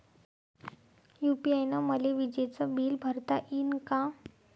UPI न मले विजेचं बिल भरता यीन का?